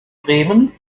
bremen